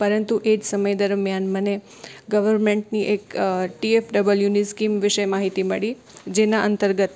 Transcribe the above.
પરંતુ એ જ સમય દરમ્યાન મને ગવર્મેન્ટની એક ટી એફ ડબલ્યુની સ્કીમ વિશે માહિતી મળી